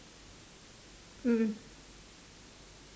mm mm